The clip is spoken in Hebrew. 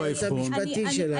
של הייעוץ המשפטי שלנו.